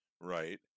right